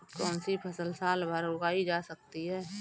कौनसी फसल साल भर उगाई जा सकती है?